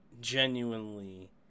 genuinely